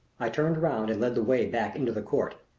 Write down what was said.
i turned round and led the way back into the court.